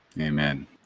Amen